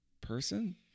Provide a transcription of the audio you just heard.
person